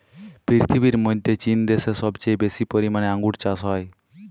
পীরথিবীর মধ্যে চীন দ্যাশে সবচেয়ে বেশি পরিমালে আঙ্গুর চাস হ্যয়